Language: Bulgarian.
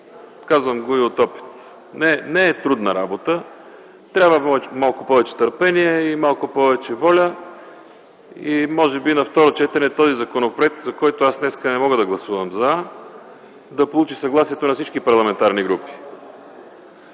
Казвам го и от опит. Не е трудна работа, трябва малко повече търпение и малко повече воля. Може би на второ четене този законопроект, за който аз днес не мога да гласувам „за”, ще получи съгласието на всички парламентарни групи.